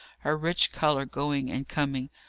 her rich colour going and coming.